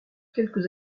quelques